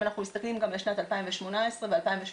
אם אנחנו מסתכלים גם לשנת 2018 ו-2017,